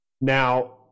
Now